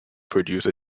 produce